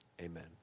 Amen